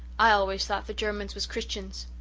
i always thought the germans was christians.